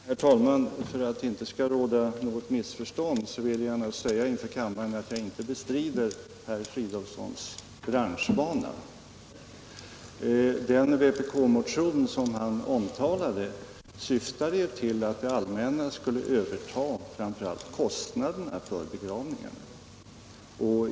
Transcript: Herr talman! För att det inte skall råda något missförstånd vill jag säga inför kammaren att jag inte bestrider herr Fridolfssons branschvana. Den vpk-motion som han omtalade syftade ju till att det allmänna skulle överta framför allt kostnaderna för begravningen.